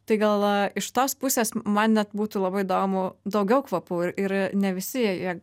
tai gal iš tos pusės man net būtų labai įdomu daugiau kvapų ir ir ne visi jie